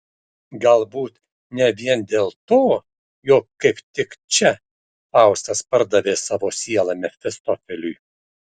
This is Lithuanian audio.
galbūt ne vien dėl to jog kaip tik čia faustas pardavė savo sielą mefistofeliui